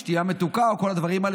שתייה מתוקה או כל הדברים האלה,